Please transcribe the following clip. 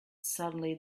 suddenly